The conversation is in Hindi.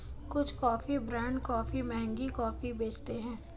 कुछ कॉफी ब्रांड काफी महंगी कॉफी बेचते हैं